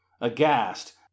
aghast